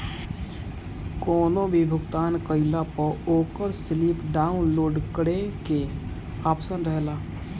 कवनो भी भुगतान कईला पअ ओकर स्लिप डाउनलोड करे के आप्शन रहेला